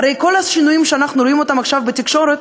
הרי כל השינויים שאנחנו רואים עכשיו בתקשורת,